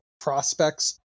prospects